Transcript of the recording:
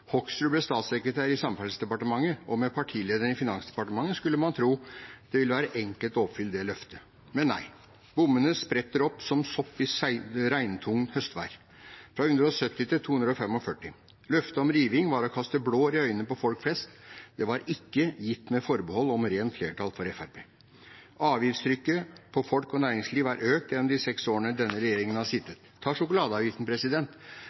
Hoksrud ble statssekretær i Samferdselsdepartementet. Med partilederen i Finansdepartementet skulle man tro det ville være enkelt å oppfylle løftet. Men, nei – bommene spretter opp som sopp i regntungt høstvær, fra 170 til 245. Løftet om riving var å kaste blår i øynene på folk flest, det var ikke gitt med forbehold om rent flertall for Fremskrittspartiet. Avgiftstrykket på folk og næringsliv er økt gjennom de seks årene denne regjeringen har